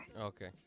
Okay